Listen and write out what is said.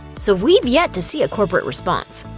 so we've yet to see a corporate response.